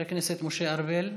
משה ארבל בעד,